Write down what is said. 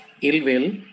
ill-will